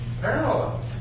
Parallel